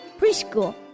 Preschool